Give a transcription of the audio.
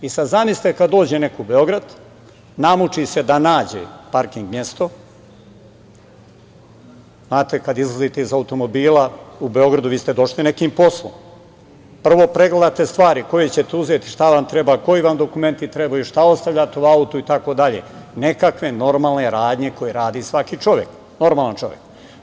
I sad zamislite kad dođe neko u Beograd, namuči se da nađe parking mesto, jer, znate, kad izlazite iz automobila u Beogradu vi ste došli nekim poslom, prvo pregledate stvari koje ćete uzeti, šta vam treba, koji vam dokumenti trebaju, šta ostavljate u autu itd, nekakve normalne radnje koje radi svaki normalan čovek.